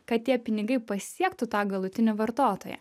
kad tie pinigai pasiektų tą galutinį vartotoją